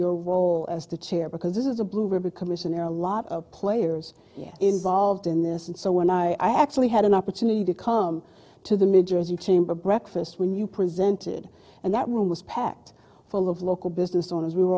your role as to cheer because this is a blue ribbon commission there are a lot of players involved in this and so when i actually had an opportunity to come to the new jersey chamber breakfast when you presented and that room was packed full of local business owners we were